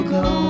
go